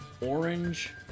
orange